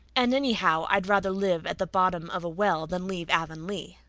and anyhow, i'd rather live at the bottom of a well than leave avonlea.